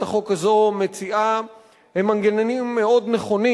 החוק הזאת מציעה הם מנגנונים מאוד נכונים.